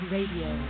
Radio